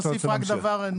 להוסיף רק דבר נוסף.